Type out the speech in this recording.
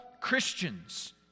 Christians